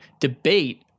debate